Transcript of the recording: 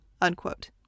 unquote